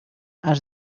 has